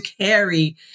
carry